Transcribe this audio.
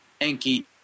Enki